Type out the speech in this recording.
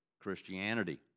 Christianity